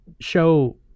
show